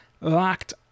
LOCKED